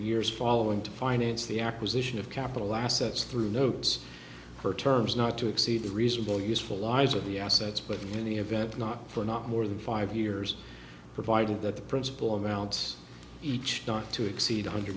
years following to finance the acquisition of capital assets through notes or terms not to exceed the reasonable useful lives of the assets but in any event not for not more than five years provided that the principle amounts each not to exceed one hundred